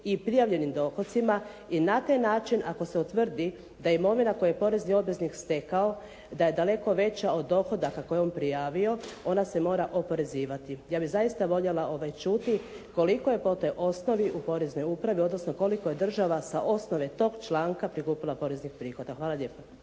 i prijavljenim dohocima i na taj način ako se utvrdi da je imovina koju je porezni obveznik stekao, da je daleko veća od dohodaka koju je on prijavo, ona se mora oporezivati. Ja bih zaista voljela čuti, kolika je … u Poreznoj upravi, odnosno koliko je država sa osnove tog članka prikupila poreznih prihoda? Hvala lijepa.